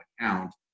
account